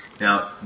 Now